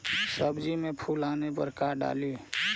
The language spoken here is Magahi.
सब्जी मे फूल आने पर का डाली?